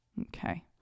Okay